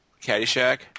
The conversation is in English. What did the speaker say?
Caddyshack